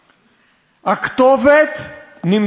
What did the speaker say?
הכתובת נמצאת על הקיר.